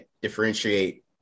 differentiate